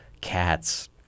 cats